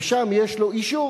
ושם יש לו אישור,